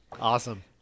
Awesome